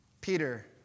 Peter